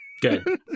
Good